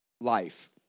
life